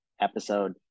episode